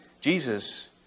Jesus